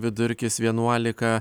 vidurkis vienuolika